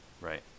Right